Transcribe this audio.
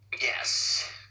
Yes